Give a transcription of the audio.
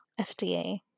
FDA